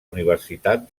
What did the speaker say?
universitat